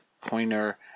pointer